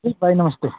ठीक भाई नमस्ते